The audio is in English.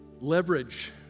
leverage